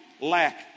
lack